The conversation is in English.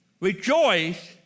Rejoice